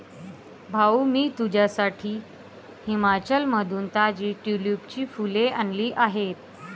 भाऊ, मी तुझ्यासाठी हिमाचलमधून ताजी ट्यूलिपची फुले आणली आहेत